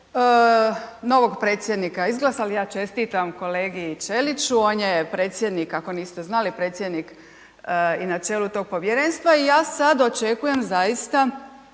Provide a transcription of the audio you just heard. novog predsjednika izglasali, ja čestitam kolegi Ćeliću, on je predsjednik, ako niste znali, predsjednik i na čelu tog povjerenstva i ja sad očekujem zaista